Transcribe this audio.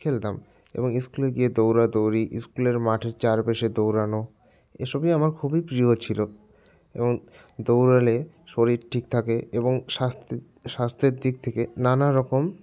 খেলতাম এবং স্কুলে গিয়ে দৌড়াদৌড়ি স্কুলের মাঠের চারপাশে দৌড়ানো এ সবই আমার খুবই প্রিয় ছিল এবং দৌড়ালে শরীর ঠিক থাকে এবং স্বাস্থ্যের দিক থেকে নানা রকম